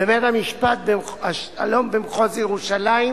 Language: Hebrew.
בבית-משפט השלום במחוז ירושלים,